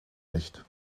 nicht